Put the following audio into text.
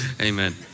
Amen